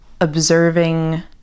observing